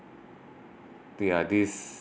they are this